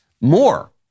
more